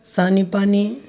सानी पानि